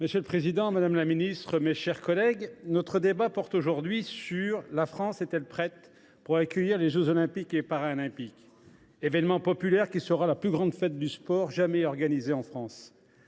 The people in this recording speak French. Monsieur le président, madame la ministre, mes chers collègues, notre débat porte sur le sujet suivant : la France est elle prête pour accueillir les jeux Olympiques et Paralympiques, les JOP, événement populaire qui sera la plus grande fête du sport jamais organisée en France